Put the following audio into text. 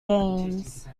games